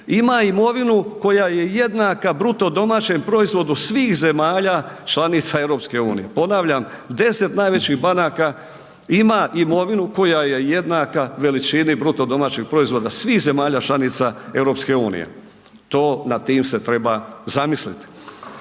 ima imovinu koja je jednaka BDP-u svih zemalja članica EU, ponavljam, 10 najvećih banaka ima imovinu koja je jednaka veličini BDP-u svih zemalja članica EU. Nad tim se treba zamislit.